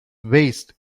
waist